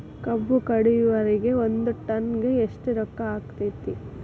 ಕಬ್ಬು ಕಡಿಯುವರಿಗೆ ಒಂದ್ ಟನ್ ಗೆ ಎಷ್ಟ್ ರೊಕ್ಕ ಆಕ್ಕೆತಿ?